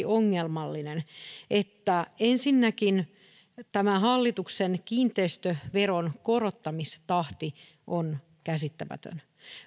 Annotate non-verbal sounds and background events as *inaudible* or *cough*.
*unintelligible* ongelmallinen ensinnäkin siksi että tämä hallituksen kiinteistöveron korottamistahti *unintelligible* on käsittämätön